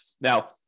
Now